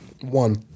One